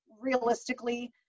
realistically